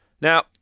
Now